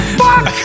fuck